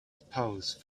spouse